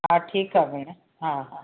हा ठीकु आहे भेण हा हा